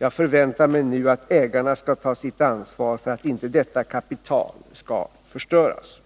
Jag förväntar mig nu att ägarna skall ta sitt ansvar för att inte detta kapital skall förstöras.